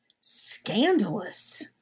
Scandalous